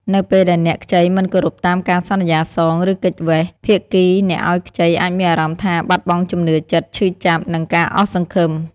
នៅពេលដែលអ្នកខ្ចីមិនគោរពតាមការសន្យាសង ឬគេចវេះ ភាគីអ្នកឲ្យខ្ចីអាចមានអារម្មណ៍ថា បាត់បង់ជំនឿចិត្ត ឈឺចាប់ និងការអស់សង្ឃឹម។